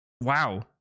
wow